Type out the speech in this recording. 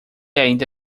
ainda